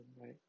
right